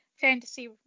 fantasy